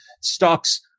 stocks